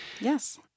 Yes